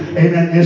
amen